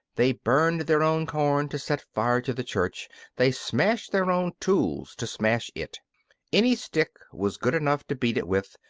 they burned their own corn to set fire to the church they smashed their own tools to smash it any stick was good enough to beat it with,